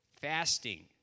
fasting